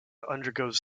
undergoes